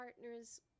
partners